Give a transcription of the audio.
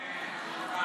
תודה.